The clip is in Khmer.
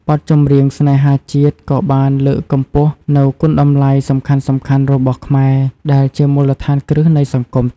បទចម្រៀងស្នេហាជាតិក៏បានលើកកម្ពស់នូវ គុណតម្លៃសំខាន់ៗរបស់ខ្មែរ ដែលជាមូលដ្ឋានគ្រឹះនៃសង្គម។